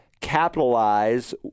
capitalize